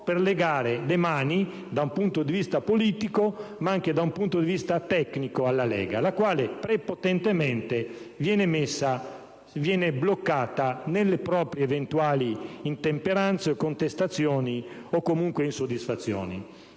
per legare le mani da un punto di vista politico, ma anche tecnico, alla Lega, la quale prepotentemente viene bloccata nelle proprie eventuali intemperanze, contestazioni o, comunque, insoddisfazioni.